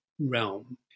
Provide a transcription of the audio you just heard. realm